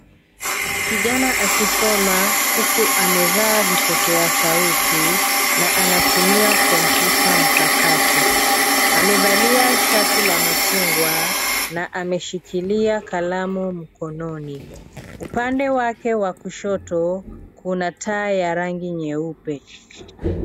Kijana akisoma, huku amevaa vipokea sauti na anatumia kompyuta mpakato, Amevalia shati la machunga na ameshikilia kalamu mkononi. Upande wake wa kushoto, kuna taa ya rangi nyeupe.